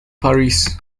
paris